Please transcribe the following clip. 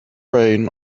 reign